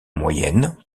moyenne